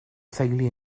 theulu